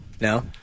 No